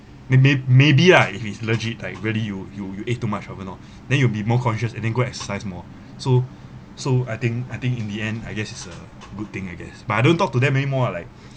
may maybe ah if it's legit like really you you you ate too much I don't know then you will be more cautious and then go exercise more so so I think I think in the end I guess it's a good thing I guess but I don't talk to them anymore ah like